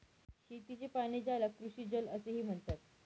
शेतीचे पाणी, ज्याला कृषीजल असेही म्हणतात